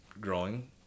growing